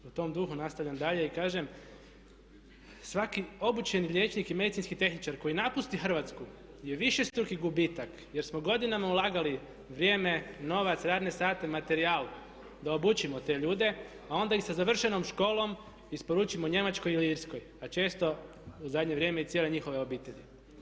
U tom duhu nastavljam dalje i kažem svaki obučeni liječnik i medicinski tehničar koji napusti Hrvatsku je višestruki gubitak, jer smo godinama ulagali vrijeme, novac, radne sate, materijal da obučimo te ljude, a onda ih sa završenom školom isporučimo Njemačkoj ili Irskoj, a često u zadnje vrijeme i cijele njihove obitelji.